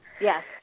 Yes